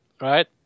Right